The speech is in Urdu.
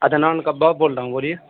ادنان کا باپ بول رہا ہوں بولیے